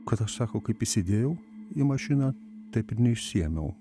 kad aš sako kaip įsidėjau į mašiną taip ir neišsiėmiau